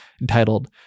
entitled